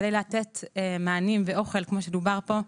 כדי לתת מענים ואוכל כמו שדובר פה,